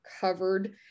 covered